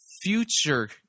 future